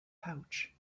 pouch